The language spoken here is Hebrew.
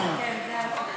כן, זה הסיכום.